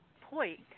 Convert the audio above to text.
point